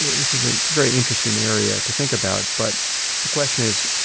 this is a very interesting area to think about, but the question is,